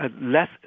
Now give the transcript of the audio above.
less